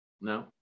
No